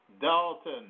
Dalton